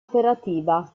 operativa